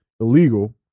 illegal